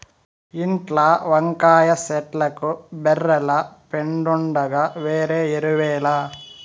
ఇంట్ల వంకాయ చెట్లకు బర్రెల పెండుండగా వేరే ఎరువేల